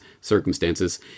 circumstances